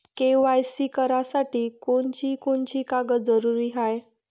KYC करासाठी कोनची कोनची कागद जरुरी हाय?